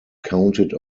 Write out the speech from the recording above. counted